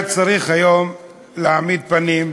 אתה צריך היום להעמיד פנים,